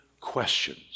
questions